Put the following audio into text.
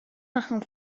machen